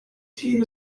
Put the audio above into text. team